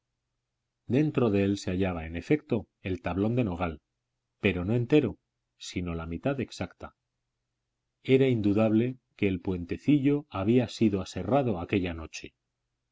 dentro de él se hallaba en efecto el tablón de nogal pero no entero sino la mitad exacta era indudable que el puentecillo había sido aserrado aquella noche